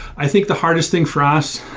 i think the hardest thing for us,